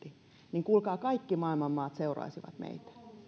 niin kuulkaa kaikki maailman maat seuraisivat meitä